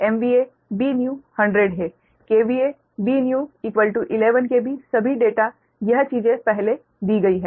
Bnew 11 KV सभी data यह चीजें पहले दी गई हैं